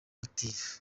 active